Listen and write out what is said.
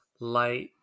light